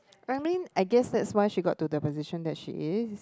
I mean I guess that's why she got to the position that she is